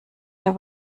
der